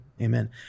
Amen